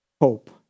hope